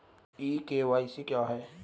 ई KYC क्या है?